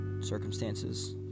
circumstances